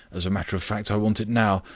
as a matter of fact i want it now.